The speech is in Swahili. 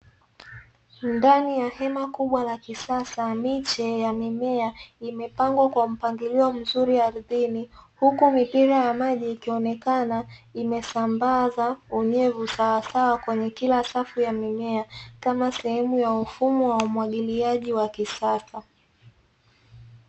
Ndani ya hema kubwa la kisasa, miche ya mimea imepangwa kwa mpangilio mzuri ardhini, huku mipira ya maji ikionekana imesambaza unyevu sawasawa kwenye kila safu ya mimea, kama sehemu ya ufumo wa umwagiliaji wa kisasa."